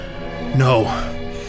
no